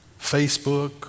Facebook